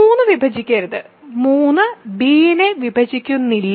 3 വിഭജിക്കരുത് 3 b നെ വിഭജിക്കുന്നില്ല